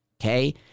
Okay